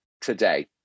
today